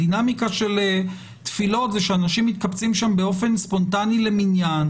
הדינמיקה של תפילות זה שאנשים מתקבצים שם באופן ספונטני למניין,